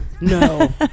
No